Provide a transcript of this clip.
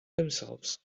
themselves